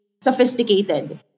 sophisticated